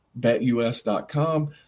Betus.com